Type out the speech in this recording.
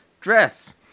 Dress